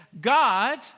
God